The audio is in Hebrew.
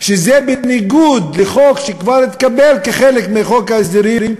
שזה בניגוד לחוק שכבר התקבל כחלק מחוק ההסדרים,